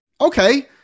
Okay